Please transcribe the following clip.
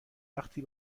وقتی